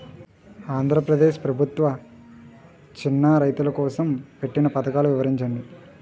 ఆంధ్రప్రదేశ్ ప్రభుత్వ చిన్నా రైతుల కోసం పెట్టిన పథకాలు వివరించండి?